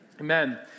Amen